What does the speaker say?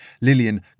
Lillian